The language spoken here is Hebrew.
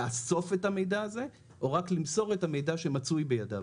לאסוף את המידע הזה או רק למסור את המידע שמצוי בידיו.